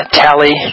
tally